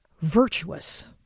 virtuous